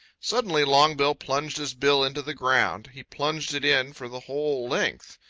suddenly longbill plunged his bill into the ground. he plunged it in for the whole length.